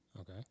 Okay